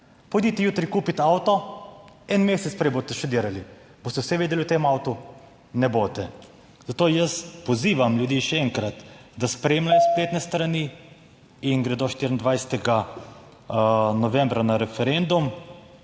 Pojdite jutri kupiti avto! En mesec prej boste študirali. Boste vse vedeli v tem avtu? Ne boste. Zato jaz pozivam ljudi še enkrat, da spremljajo spletne strani in gredo 24. novembra na referendum,